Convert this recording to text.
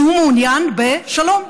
שהוא מעוניין בשלום?